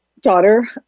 daughter